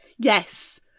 Yes